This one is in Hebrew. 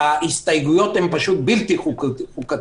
שההסתייגויות הן פשוט בלתי חוקתיות.